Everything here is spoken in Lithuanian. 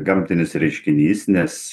gamtinis reiškinys nes